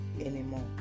anymore